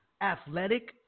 athletic